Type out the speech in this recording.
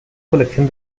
colección